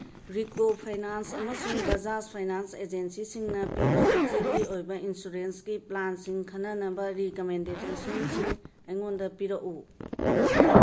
Repco finance ꯑꯃꯁꯨꯡ Bajaj finance ꯏꯖꯦꯟꯁꯤꯁꯤꯡꯅ ꯄꯤꯕ ꯍꯛꯁꯦꯜꯒꯤ ꯑꯣꯏꯕ ꯏꯟꯁꯨꯔꯦꯟꯁꯀꯤ ꯄ꯭ꯂꯥꯟꯁꯤꯡ ꯈꯟꯅꯅꯕ ꯔꯤꯀꯃꯦꯗꯦꯁꯦꯁꯟꯁꯤꯡ ꯑꯩꯉꯣꯟꯗ ꯄꯤꯔꯛꯎ